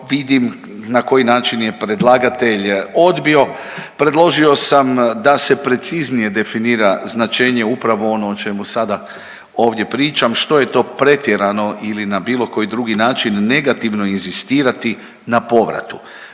vidim na koji način je predlagatelj odbio. Predložio sam da se preciznije definira značenje upravo ono o čemu sada ovdje pričam, što je to pretjerano ili na bilo koji drugi način negativno inzistirati na povratu,